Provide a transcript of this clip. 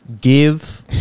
give